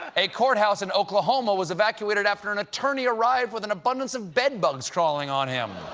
ah a courthouse in oklahoma was evacuated after an attorney arrived with an abundance of bed bugs crawling on him.